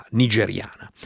nigeriana